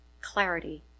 clarity